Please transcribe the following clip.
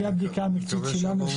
אחרי הבדיקה המקצועית שלנו,